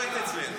לא היית אצלנו.